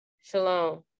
Shalom